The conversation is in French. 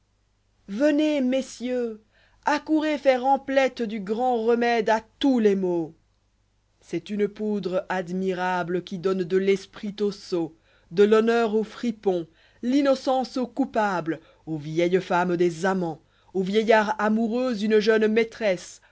venez messieurs accourez faire emplette du grand remède à tous les maux c'est une poudre admirable qui donne de l'esprit aux sots de l'honneur aux fripons l'innocence aux coupable aux vieilles femmes des amants au vieillard amoureux une jeune maîlrespe